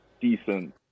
decent